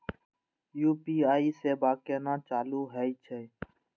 UPI सेवा केना चालू है छै?